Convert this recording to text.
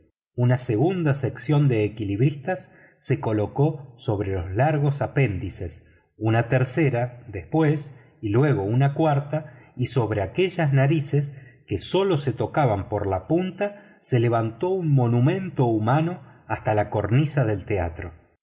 una segunda sección de equilibristas se colocó sobre los largos apéndices una tercera después y luego una cuarta y sobre aquellas narices que sólo se tocaban por la punta se levantó un monumento humano hasta la cornisa del teatro